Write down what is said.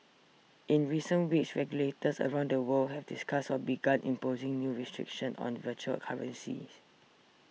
in recent weeks regulators around the world have discussed or begun imposing new restrictions on virtual currencies